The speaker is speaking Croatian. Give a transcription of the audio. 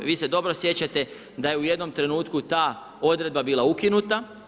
Vi se dobro sjećate da je u jednom trenutku ta odredba bila ukinuta.